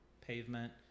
pavement